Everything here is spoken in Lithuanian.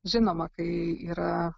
žinoma kai yra